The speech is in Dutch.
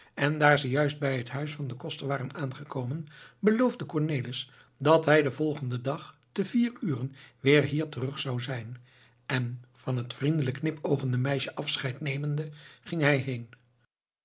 en daar ze juist bij het huis van den koster waren aangekomen beloofde cornelis dat hij den volgenden dag te vier uren weer hier terug zou zijn en van het vriendelijk knipoogende meisje afscheid nemende ging hij heen